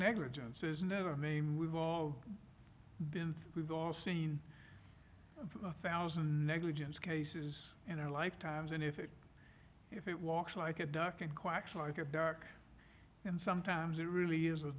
negligence is never mean we've all been we've all seen a thousand negligence cases in our lifetimes and if it if it walks like a duck and quacks like a bark and sometimes it really is a